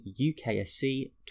UKSC